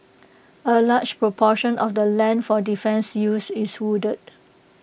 A large proportion of the land for defence use is wooded